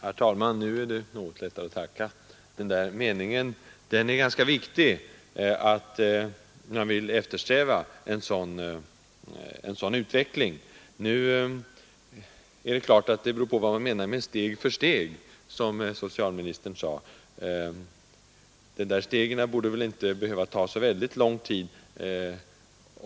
Herr talman! Nu är det något lättare att tacka. Socialministern sade att man vill eftersträva en sådan utveckling som jag har efterlyst. Det är en viktig mening. Mycket beror naturligtvis på vad man menar med ”steg för steg”. De där stegen borde väl inte behöva ta så väldigt lång tid.